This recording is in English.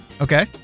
Okay